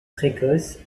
précoces